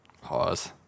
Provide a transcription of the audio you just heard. Pause